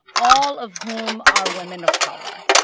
all of whom are women of color.